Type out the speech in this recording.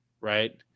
right